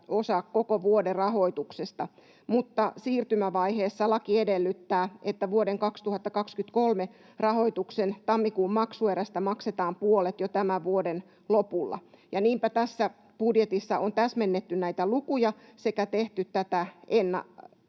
koko vuoden rahoituksesta, mutta siirtymävaiheessa laki edellyttää, että vuoden 2023 rahoituksen tammikuun maksuerästä maksetaan puolet jo tämän vuoden lopulla. Ja niinpä tässä budjetissa on täsmennetty näitä lukuja sekä tehty tätä